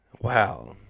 Wow